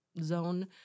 zone